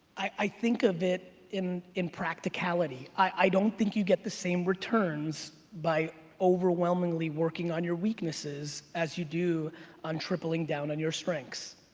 i think of it in in practicality. i don't think you get the same returns by overwhelmingly working on your weaknesses as you do on tripling down on your strengths.